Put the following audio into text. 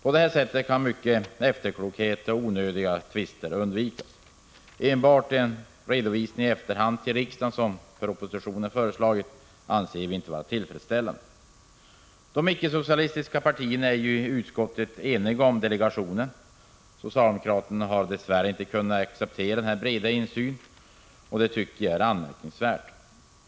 På det sättet kan mycken efterklokhet och onödiga tvister undvikas. Enbart en redovisning i efterhand till riksdagen, som i propositionen föreslagits, anser vi inte vara tillfredsställande. De icke-socialistiska partierna är i utskottet eniga om inrättande av delegationen. Socialdemokraterna har dess värre inte kunnat acceptera denna breda insyn. Det tycker jag är anmärkningsvärt.